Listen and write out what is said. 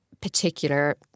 particular